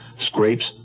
scrapes